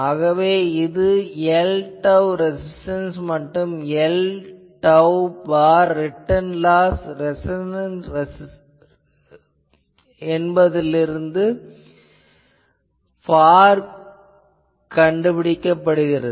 ஆகவே இது Lr res மற்றும் Lr far return loss resonant என்பதிலிருந்து பார் ஆகும்